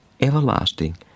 everlasting